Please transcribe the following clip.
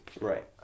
Right